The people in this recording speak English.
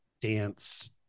dance